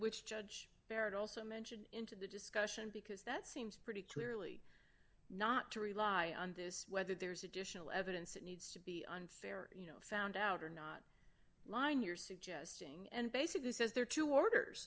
a judge there and also mention into the discussion because that seems pretty clearly not to rely on this whether there's additional evidence that needs to be unfair you know found out or not line you're suggesting and basically says there are two orders